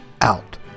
out